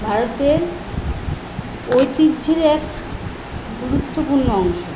ভারতের ঐতিহ্যের এক গুরুত্বপূর্ণ অংশ